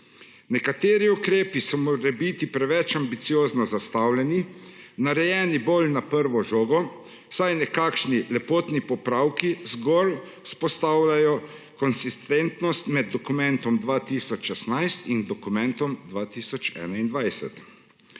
Nekateri ukrepi so morebiti preveč ambiciozno zastavljeni, narejeni bolj na prvo žogo, saj nekakšni lepotni popravki zgolj vzpostavljajo konsistentnost med dokumentom 2016 in dokumentom 2021.